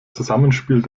zusammenspiel